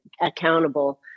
accountable